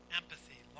empathy